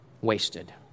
wasted